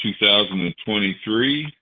2023